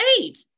eight